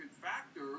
factor